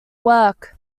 work